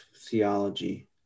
theology